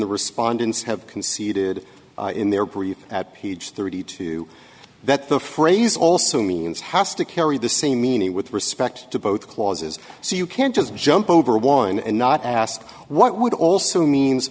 the respondents have conceded in their brief at page thirty two that the phrase also means has to carry the same meaning with respect to both clauses so you can't just jump over one and not ask what would also means